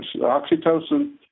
oxytocin